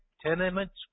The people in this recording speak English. tenements